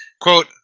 Quote